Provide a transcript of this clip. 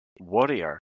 Warrior